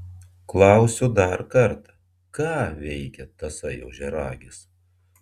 klausiu dar kartą ką veikia tasai ožiaragis